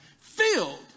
filled